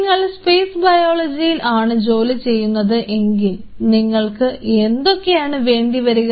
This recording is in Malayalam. നിങ്ങൾ സ്പേസ് ബയോളജിയിൽ ആണ് ജോലി ചെയ്യുന്നത് എങ്കിൽ നിങ്ങൾക്ക് എന്തൊക്കെയാണ് വേണ്ടിവരിക